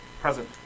Present